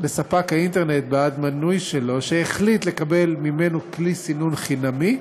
לספק האינטרנט בעד מנוי שלו שהחליט לקבל ממנו כלי סינון חינמי,